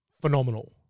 phenomenal